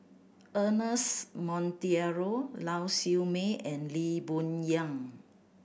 Ernest Monteiro Lau Siew Mei and Lee Boon Yang